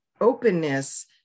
openness